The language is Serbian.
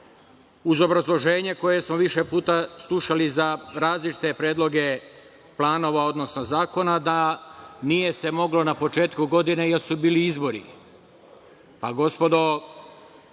Uz obrazloženje koje smo više puta slušali za različite predloge planova, odnosno zakona, da se nije moglo na početku godine, jer su bili izbori. Pa, gospodo,